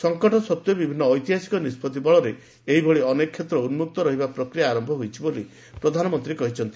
ସଂକଟ ସଭ୍ୱେ ବିଭିନ୍ନ ଐତିହାସିକ ନିଷ୍ପଭି ବଳରେ ଏଇଭଳି ଅନେକ କ୍ଷେତ୍ରର ଉନ୍ନକ୍ତ କରିବା ପ୍ରକ୍ରିୟା ଆରମ୍ଭ ହୋଇଛି ବୋଲି ପ୍ରଧାନମନ୍ତ୍ରୀ କହିଛନ୍ତି